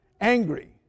angry